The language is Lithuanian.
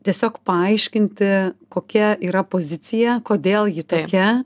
tiesiog paaiškinti kokia yra pozicija kodėl ji tokia